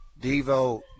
Devo